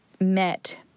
met